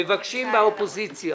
מבקשים באופוזיציה